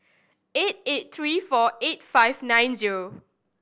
eight eight three four eight five nine zero